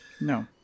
no